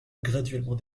graduellement